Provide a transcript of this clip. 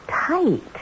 tight